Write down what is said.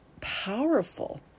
powerful